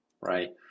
right